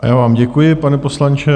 Já vám děkuji, pane poslanče.